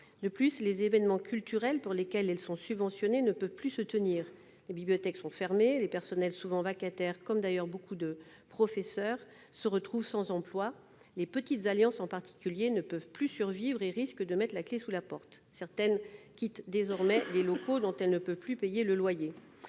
De plus, les événements culturels au titre desquels elles sont subventionnées ne peuvent plus se tenir. Les bibliothèques sont fermées. Les personnels, souvent vacataires, y compris les professeurs, se retrouvent sans emploi. Les petites Alliances françaises, en particulier, peinent à survivre et risquent de devoir mettre la clé sous la porte. Certaines quittent désormais des locaux dont elle ne peut plus payer le loyer.